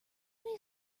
many